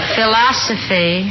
Philosophy